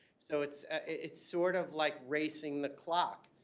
so it's it's sort of like racing the clock.